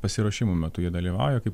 pasiruošimo metu jie dalyvauja kaip